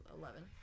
eleven